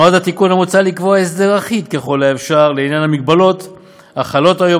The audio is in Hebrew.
נועד התיקון המוצע לקבוע הסדר אחיד ככל האפשר לעניין המגבלות החלות היום